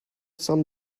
some